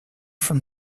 from